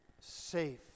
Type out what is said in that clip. safe